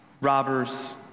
robbers